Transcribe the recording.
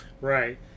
Right